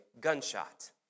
gunshot